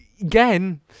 again